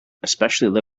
especially